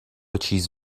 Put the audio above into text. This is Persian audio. چیز